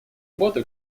работу